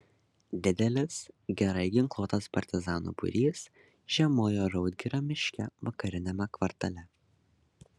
didelis gerai ginkluotas partizanų būrys žiemojo raudgirio miške vakariniame kvartale